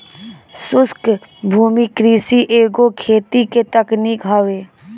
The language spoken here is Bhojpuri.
शुष्क भूमि कृषि एगो खेती के तकनीक हवे